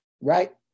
right